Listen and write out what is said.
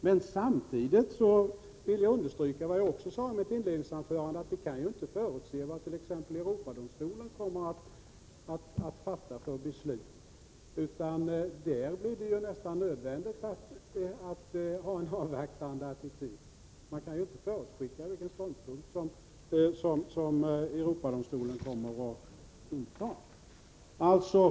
Men samtidigt vill jag understryka vad jag också sade i mitt inledningsanförande, att vi kan inte förutse vad t.ex. Europadomstolen kommer att fatta för beslut, utan där är det ju nästan nödvändigt att ha en avvaktande attityd. Man kan inte förutskicka vilken ståndpunkt som Europadomstolen kommer att inta.